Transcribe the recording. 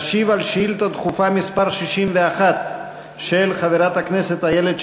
ישיב על שאילתה דחופה מס' 61 של חברת הכנסת איילת